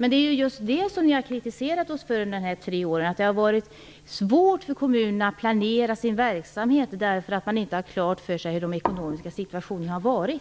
Men det är ju just det som ni har kritiserat oss i den borgerliga regeringen för under de senaste tre åren, att det har varit svårt för kommunerna att planera sin verksamhet därför att de inte har haft den ekonomiska situationen klar för sig.